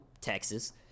Texas